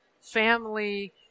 family